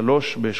באשכול 3,